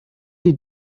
die